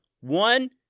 One